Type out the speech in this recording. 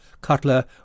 Cutler